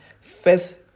First